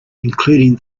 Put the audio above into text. including